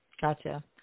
Gotcha